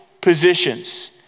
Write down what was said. positions